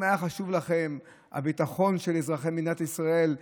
אם היה חשוב לכם הביטחון של אזרחי מדינת ישראל,